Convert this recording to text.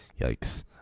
yikes